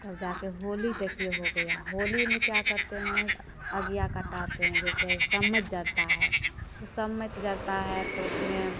तब जाकर होली देखिए हो गया होली में क्या करते हैं अगिया कटाते हैं जैसे संवत जरता है तो संवत जरता है तो उसमें